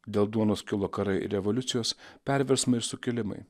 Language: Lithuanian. dėl duonos kilo karai ir revoliucijos perversmai ir sukilimai